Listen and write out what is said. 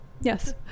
Yes